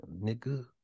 nigga